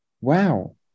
wow